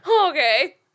Okay